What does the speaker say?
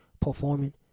performing